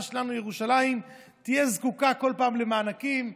שלנו ירושלים תהיה זקוקה כל פעם למענקים,